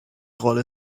rolle